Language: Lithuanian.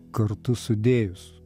kartu sudėjus